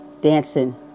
dancing